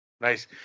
Nice